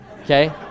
Okay